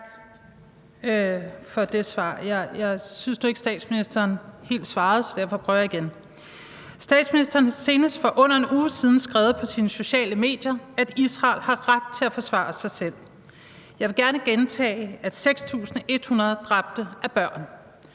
Statsministeren har senest for under 1 uge siden skrevet på sine sociale medier, at Israel har ret til at forsvare sig selv. Jeg vil gerne gentage, at 6.100 dræbte er børn.